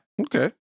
Okay